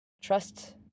trust